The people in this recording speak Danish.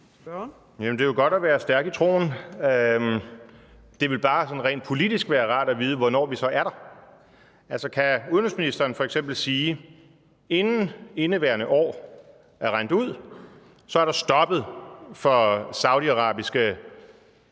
Det er jo godt at være stærk i troen. Det ville bare sådan rent politisk være rart at vide, hvornår vi så er der. Altså, kan udenrigsministeren f.eks. sige, at der, inden indeværende år er rindet ud, er stoppet for saudiarabiske